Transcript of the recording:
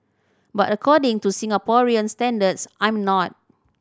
but according to Singaporean standards I'm not